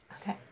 Okay